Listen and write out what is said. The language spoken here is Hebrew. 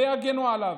ויגנו עליו.